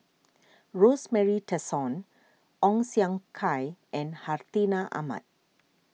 Rosemary Tessensohn Ong Siong Kai and Hartinah Ahmad